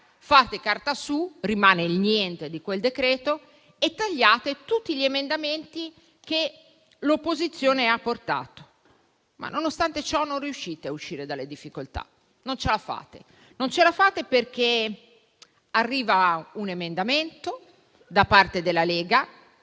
fate carta su, non rimane niente di quel decreto e tagliate tutti gli emendamenti che l'opposizione ha portato, ma nonostante ciò non riuscite a uscire dalle difficoltà. Non ce la fate perché arriva un emendamento da parte della Lega